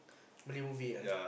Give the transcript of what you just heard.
Malay movie ah